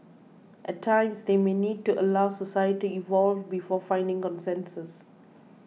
at times they may need to allow society evolve before finding consensus